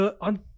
on